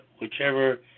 whichever